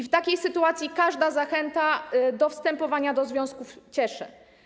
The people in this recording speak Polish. W takiej sytuacji każda zachęta do wstępowania do związków cieszy.